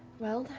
well,